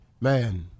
Man